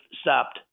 stopped